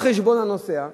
על חשבון הנוסע.